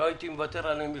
גם הייתי מוותר עליהם,